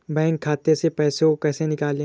Bank खाते से पैसे को कैसे निकालें?